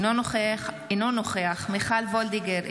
אינו נוכח מיכל מרים וולדיגר,